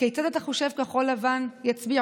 כיצד אתה חושב שכחול לבן יצביעו?